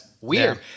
Weird